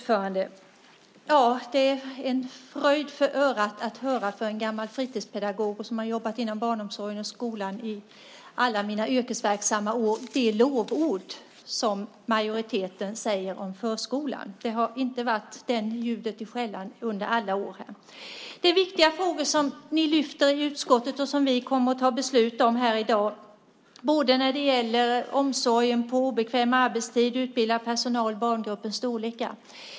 Fru talman! Det är en fröjd för örat för en gammal fritidspedagog som har jobbat inom barnomsorgen och skolan alla sina yrkesverksamma år att höra de lovord som majoriteten säger om förskolan. Jag har inte hört det ljudet i skällan under alla år här. Det är viktiga frågor som ni lyfter fram i utskottet och som vi kommer att ta beslut om här i dag, både när det gäller omsorg på obekväm arbetstid, utbildad personal och barngruppers storlek.